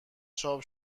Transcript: چاپ